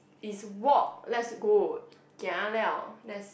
is walk let's go gia liao that's